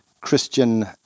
Christian